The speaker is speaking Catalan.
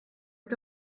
què